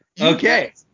Okay